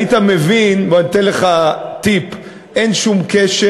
היית מבין, בוא, אני אתן לך טיפ: אין שום קשר,